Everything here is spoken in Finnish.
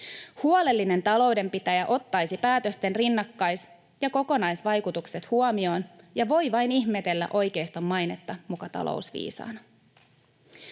Huolellinen taloudenpitäjä ottaisi päätösten rinnakkais- ja kokonaisvaikutukset huomioon, ja voi vain ihmetellä oikeiston mainetta muka talousviisaana.